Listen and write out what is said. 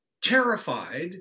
terrified